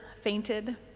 fainted